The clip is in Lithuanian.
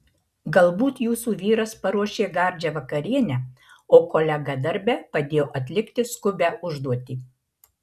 galbūt jūsų vyras paruošė gardžią vakarienę o kolega darbe padėjo atlikti skubią užduotį